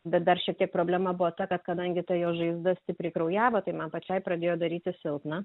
bet dar šiek tiek problema buvo ta kad kadangi ta jo žaizda stipriai kraujavo tai man pačiai pradėjo darytis silpna